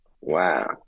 Wow